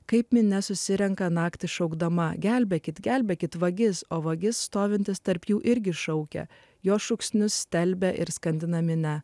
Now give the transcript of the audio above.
kaip minia susirenka naktį šaukdama gelbėkit gelbėkit vagis o vagis stovintis tarp jų irgi šaukia jo šūksnius stelbia ir skandina minią